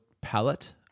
Palette